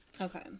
Okay